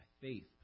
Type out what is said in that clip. faith